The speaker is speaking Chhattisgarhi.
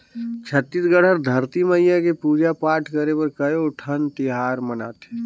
छत्तीसगढ़ हर धरती मईया के पूजा पाठ करे बर कयोठन तिहार मनाथे